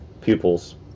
pupils